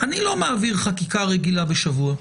אני לא מעביר חקיקה רגילה בשבוע.